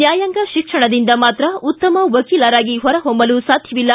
ನ್ಯಾಯಾಂಗ ಶಿಕ್ಷಣದಿಂದ ಮಾತ್ರ ಉತ್ತಮ ವಕೀಲರಾಗಿ ಹೊರಹೊಮ್ಮಲು ಸಾಧ್ಯವಿಲ್ಲ